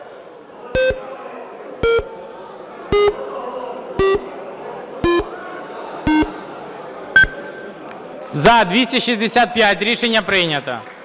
За-229 Рішення прийнято.